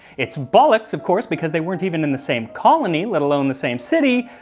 it's bollocks of course because they weren't even in the same colony let alone the same city,